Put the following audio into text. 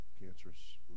cancerous